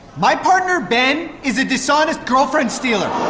my partner, ben, is a dishonest girlfriend stealer.